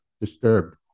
disturbed